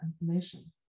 information